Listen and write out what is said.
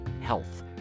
health